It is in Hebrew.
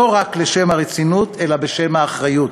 לא רק לשם הרצינות, אלא בשם האחריות,